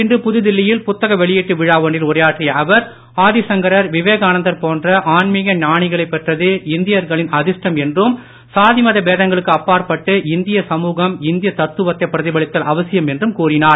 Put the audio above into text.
இன்று புதுடில்லியில் புத்தக வெளியீட்டு விழா ஒன்றில் உரையாற்றிய அவர் விவேகானந்தர் போன்ற ஆன்மீக ஞானிகளைப் பெற்றது இந்தியர்களின் அதிருஷ்டம் என்றும் சாதி மத பேதங்களுக்கு அப்பாற்பட்டு இந்திய சமூகம் இந்திய தத்துவத்தை பிரதிபலித்தல் அவசியம் என்றும் கூறினார்